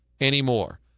anymore